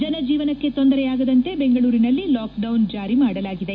ಜನಜೀವನಕ್ಕೆ ತೊಂದರೆಯಾಗದಂತೆ ಬೆಂಗಳೂರಿನಲ್ಲಿ ಲಾಕ್ಡೌನ್ ಜಾರಿ ಮಾಡಲಾಗಿದೆ